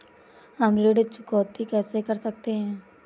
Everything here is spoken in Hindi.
हम ऋण चुकौती कैसे कर सकते हैं?